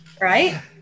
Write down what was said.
Right